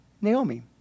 Naomi